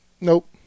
nope